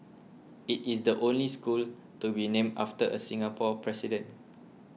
it is the only school to be named after a Singapore president